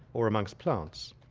or amongst plants?